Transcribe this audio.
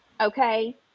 Okay